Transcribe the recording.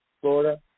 Florida